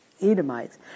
Edomites